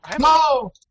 No